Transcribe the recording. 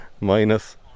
Minus